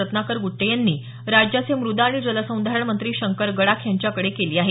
रत्नाकर गुट्टे यांनी राज्याचे म़दा आणि जलसंधारण मंत्री शंकर गडाख यांच्याकडे केली आहे